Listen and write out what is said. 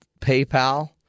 PayPal